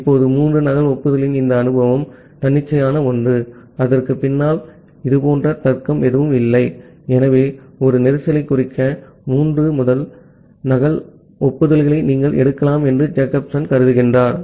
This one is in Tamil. இப்போது மூன்று நகல் ஒப்புதலின் இந்த அனுமானம் தன்னிச்சையான ஒன்று அதற்குப் பின்னால் இதுபோன்ற தர்க்கம் எதுவும் இல்லை ஆகவே ஒரு கஞ்சேஸ்ன் குறிக்க மூன்று நகல் ஒப்புதல்களை நீங்கள் எடுக்கலாம் என்று ஜேக்கப்சன் கருதினார்